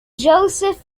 joseph